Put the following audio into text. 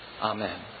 Amen